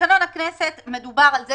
בתקנון הכנסת מדובר על זה